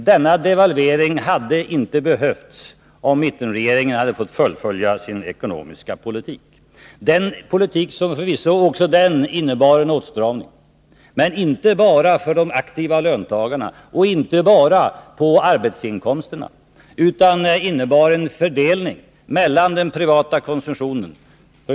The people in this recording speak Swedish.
Denna devalvering hade inte behövts, om mittenregeringen fått tillfälle att fullfölja sin ekonomiska politik. Det är en politik som förvisso också den skulle innebära en åtstramning, men inte bara för de aktiva löntagarna och inte bara på arbetsinkomsterna, utan det skulle handla om en indragning av den privata konsumtionen.